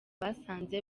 basanze